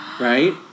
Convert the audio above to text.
right